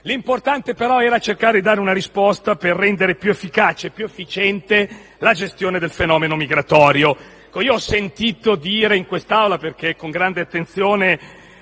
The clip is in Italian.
L'importante era cercare di dare una risposta per rendere più efficace e più efficiente la gestione del fenomeno migratorio.